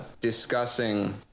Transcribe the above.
discussing